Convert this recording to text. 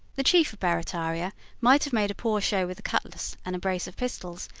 the chief of barrataria might have made a poor show with a cutlass and a brace of pistols,